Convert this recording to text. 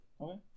Okay